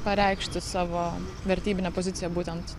pareikšti savo vertybinę poziciją būtent